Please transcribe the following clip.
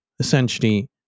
Essentially